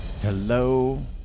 Hello